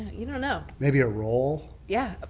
you don't know. maybe a role. yeah,